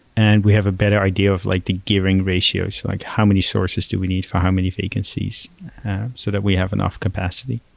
and we have a better idea of like the gearing ratios, like how many sources do we need for how many vacancies so that we have an off capacity.